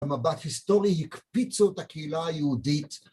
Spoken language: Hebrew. המבט היסטורי הקפיצו את הקהילה היהודית